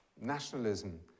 nationalism